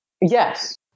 Yes